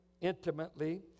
intimately